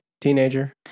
teenager